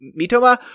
Mitoma